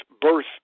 birth